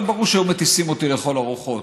ברור שהיו מטיסים אותי לכל הרוחות.